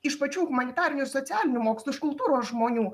iš pačių humanitarinių ir socialinių mokslų iš kultūros žmonių